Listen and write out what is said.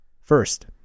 First